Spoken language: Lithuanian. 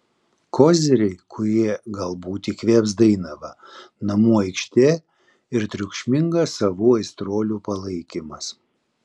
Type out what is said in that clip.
koziriai kurie galbūt įkvėps dainavą namų aikštė ir triukšmingas savų aistruolių palaikymas